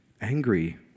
angry